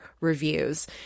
reviews